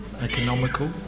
economical